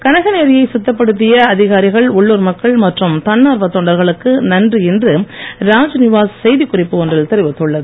கனகன் ஏரியை சுத்தப்படுத்திய அதிகாரிகள் உள்ளூர் மக்கள் மற்றும் தன்னார்வத் தொண்டர்களுக்கு நன்றி என்று ராஜ்நிவாஸ் செய்திக் குறிப்பு ஒன்றில் தெரிவித்துள்ளது